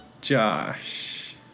Josh